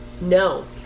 no